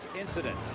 incident